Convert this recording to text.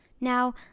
Now